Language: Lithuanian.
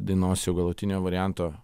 dainos jau galutinio varianto